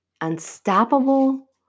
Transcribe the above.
unstoppable